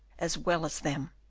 as well as them.